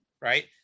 right